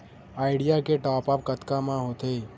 Idea के top आप कतका म होथे?